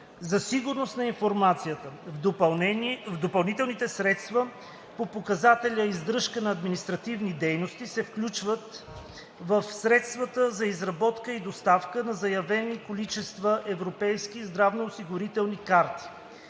за сигурност на информацията“. В допълнителните средства по показателя „издръжка на административните дейности“ се включват и средствата за изработка и доставка на заявени количества европейски здравноосигурителни карти.